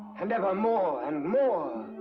and evermore and more!